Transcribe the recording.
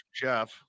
Jeff